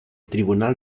tribunal